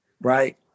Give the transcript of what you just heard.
Right